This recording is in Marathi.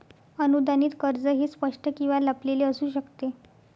अनुदानित कर्ज हे स्पष्ट किंवा लपलेले असू शकते